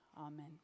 Amen